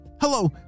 hello